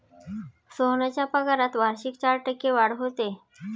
सोहनच्या पगारात वार्षिक चार टक्के वाढ होते